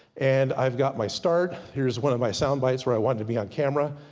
and i've got my start. here's one of my sound bytes where i wanted to be on camera.